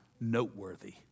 noteworthy